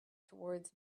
towards